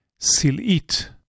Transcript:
Sil'it